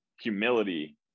humility